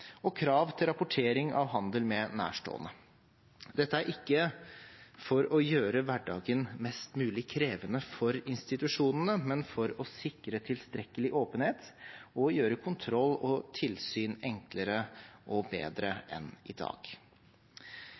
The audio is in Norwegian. og krav til rapportering av handel med nærstående. Dette er ikke for å gjøre hverdagen mest mulig krevende for institusjonene, men for å sikre tilstrekkelig åpenhet og gjøre kontroll og tilsyn enklere og bedre enn i dag.